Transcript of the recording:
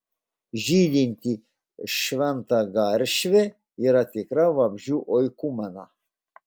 žydinti šventagaršvė yra tikra vabzdžių oikumena